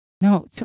no